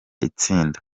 itsinda